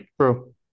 True